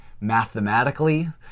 mathematically